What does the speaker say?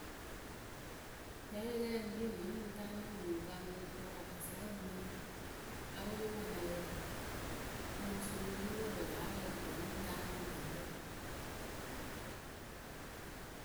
Kɛɛyǝ lǝ yǝ ŋ kpii mɨ nɨŋ taa mɨ ŋ nyɩŋ wɨ kaamɨ naŋkparakasayǝ mɨ awɩlɩmanayǝ Mɨ osuriripǝ pɨ láa wɛɛ kɨto wǝ́ ŋ́ nɨŋ taa mɨŋ nyɩŋ pɨ